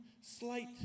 slight